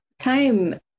time